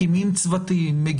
מקימים צוותים.